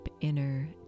inner